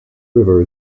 river